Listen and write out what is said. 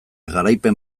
garaipen